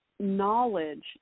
knowledge